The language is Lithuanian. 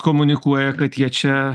komunikuoja kad jie čia